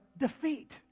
defeat